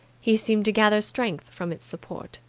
he seemed to gather strength from its support.